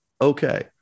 Okay